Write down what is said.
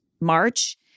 march